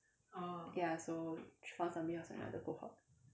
ya so she found somebody else from another cohort